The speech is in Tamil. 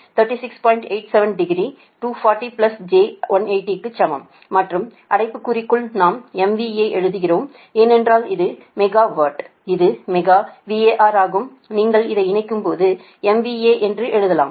87 டிகிரி 240 j180 க்கு சமம் மற்றும் அடைப்புக்குறிக்குள் நாம் MVA எழுதுகிறோம் ஏனென்றால் இது மெகாவாட் இது மெகா VAR ஆகும் நீங்கள் இதை இணைக்கும்போது MVA என்று எழுதலாம்